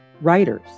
writers